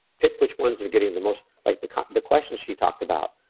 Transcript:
pick which ones are getting the most like the the questions she talked about.